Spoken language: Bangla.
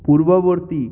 পূর্ববর্তী